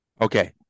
Okay